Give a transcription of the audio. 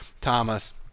Thomas